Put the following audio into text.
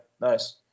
nice